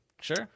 Sure